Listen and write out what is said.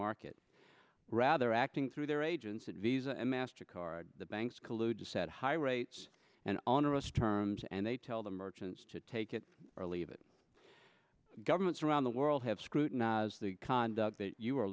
market rather acting through their agents and visa and master card the banks collude to set high rates and honor us terms and they tell the merchants to take it or leave it governments around the world have scrutinize the conduct you are